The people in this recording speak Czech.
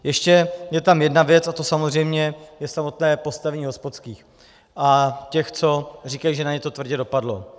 Ještě je tam jedna věc a tou samozřejmě je samotné postavení hospodských a těch, co říkají, že na ně to tvrdě dopadlo.